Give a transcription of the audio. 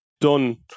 done